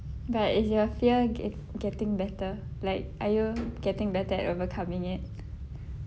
but is your fear get~ getting better like are you getting better at overcoming it